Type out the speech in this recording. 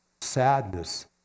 sadness